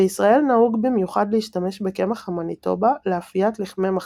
בישראל נהוג במיוחד להשתמש בקמח המניטובה לאפיית לחמי מחמצת,